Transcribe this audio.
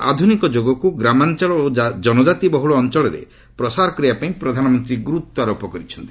ଆଧୁନିକ ଯୋଗକୁ ଗ୍ରାମାଞ୍ଚଳ ଓ ଜନଜାତିବହୁଳ ଅଞ୍ଚଳରେ ପ୍ରସାର କରିବାପାଇଁ ପ୍ରଧାନମନ୍ତ୍ରୀ ଗୁରୁତ୍ୱାରୋପ କରିଛନ୍ତି